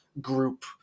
group